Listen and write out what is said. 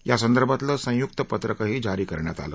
या संदर्भातलं संयुक्त पत्रकही जारी करण्यात आलं